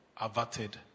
averted